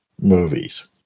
movies